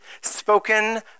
spoken